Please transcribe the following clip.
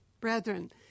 Brethren